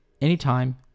Anytime